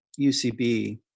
UCB